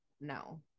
no